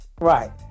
Right